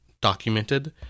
documented